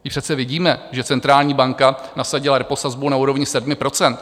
Vždyť přece vidíme, že centrální banka nasadila reposazbu na úrovni 7 %.